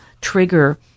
trigger